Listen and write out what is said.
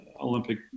Olympic